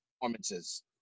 performances